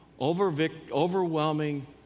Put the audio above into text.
Overwhelming